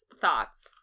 thoughts